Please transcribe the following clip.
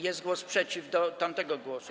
Jest głos przeciw do tamtego głosu.